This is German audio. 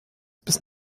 bis